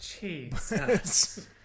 Jesus